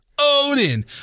odin